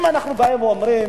אם אנחנו באים ואומרים,